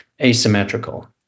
asymmetrical